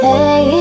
Hey